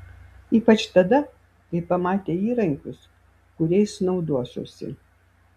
ypač tada kai pamatė įrankius kuriais naudosiuosi